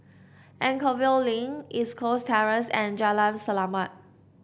Anchorvale Link East Coast Terrace and Jalan Selamat